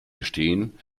gestehen